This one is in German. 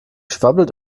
schwabbelt